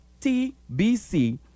TBC